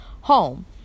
home